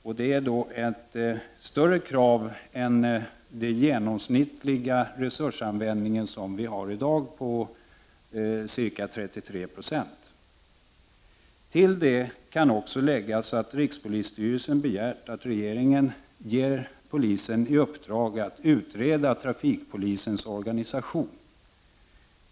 Det innebär en ökning av den genomsnittliga resursanvändningen för detta, som i dag ligger på ca 33 70. Till detta kan också läggas att rikspolisstyrelsen begärt att regeringen ger den i uppdrag att utreda trafikpolisens organisation.